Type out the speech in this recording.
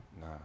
Nah